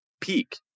peak